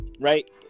right